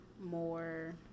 more